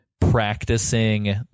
practicing